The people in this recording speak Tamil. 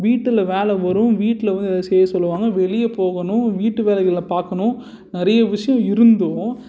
வீட்டில் வேலை வரும் வீட்டில் வந்து எதாவது செய்ய சொல்லுவாங்க வெளியே போகணும் வீட்டு வேலைகளை பார்க்குணும் நிறைய விஷயம் இருந்தும்